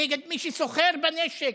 נגד מי שסוחר בנשק,